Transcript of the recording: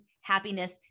happiness